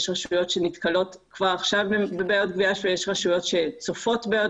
יש רשויות שנתקלות כבר עכשיו בבעיות גבייה ויש רשויות שצופות בעיות